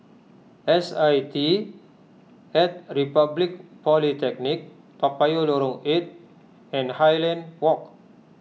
S I T at Republic Polytechnic Toa Payoh Lorong eight and Highland Walk